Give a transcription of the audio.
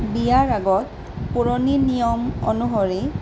বিয়াৰ আগত পুৰণি নিয়ম অনুসৰি